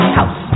House